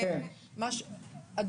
מי